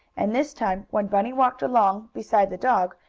and this time, when bunny walked along beside the dog,